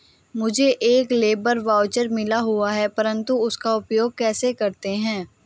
मुझे एक labour voucher मिला हुआ है परंतु उसका उपयोग कैसे करते हैं?